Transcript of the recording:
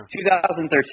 2013